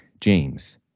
James